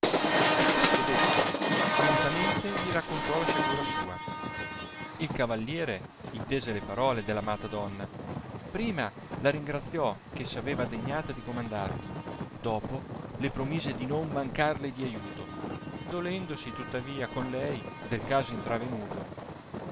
e questo detto minutamente gli raccontò la sciagura sua il cavalliere intese le parole dell amata donna prima la ringraziò che s'aveva degnata di comandargli dopò le promise di non mancarle di aiuto dolendosi tuttavia con lei del caso intravenuto